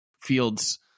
fields